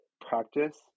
practice